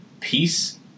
Peace